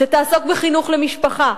שתעסוק בחינוך למשפחה.